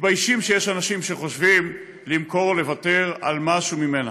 מתביישים שיש אנשים שחושבים למכור או לוותר על משהו ממנה.